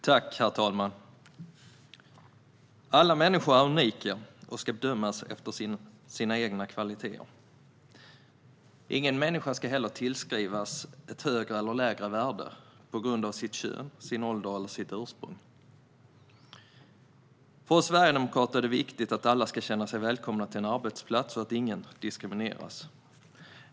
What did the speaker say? Herr talman! Alla människor är unika och ska bedömas efter sina egna kvaliteter. Ingen människa ska heller tillskrivas ett högre eller lägre värde på grund av sitt kön, sin ålder eller sitt ursprung. För oss sverigedemokrater är det viktigt att alla ska känna sig välkomna till en arbetsplats och att ingen diskrimineras.